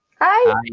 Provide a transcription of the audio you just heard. Hi